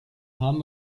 haben